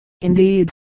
indeed